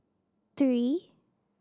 three